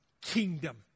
kingdom